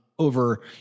Over